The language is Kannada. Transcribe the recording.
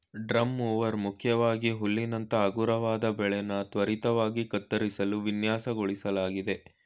ಡ್ರಮ್ ಮೂವರ್ ಮುಖ್ಯವಾಗಿ ಹುಲ್ಲಿನಂತ ಹಗುರವಾದ ಬೆಳೆನ ತ್ವರಿತವಾಗಿ ಕತ್ತರಿಸಲು ವಿನ್ಯಾಸಗೊಳಿಸ್ಲಾಗಿದೆ